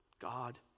God